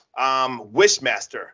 Wishmaster